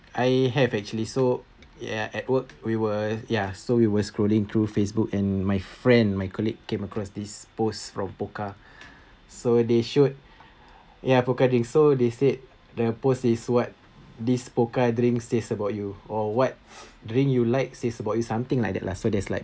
I have actually so ya at work we were ya so we were scrolling through facebook and my friend my colleague came across this post from pokka so they should ya pokka drink so they said the post is what this pokka drink says about you or what drink you like says about you something like that lah so there's like